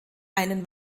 einen